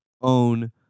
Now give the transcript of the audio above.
own